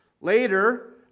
Later